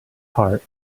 heart